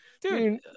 Dude